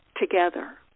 together